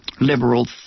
liberal